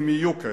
אם יהיו כאלה.